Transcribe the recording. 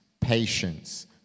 patience